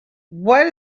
what